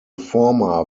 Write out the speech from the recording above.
former